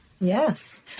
Yes